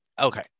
Okay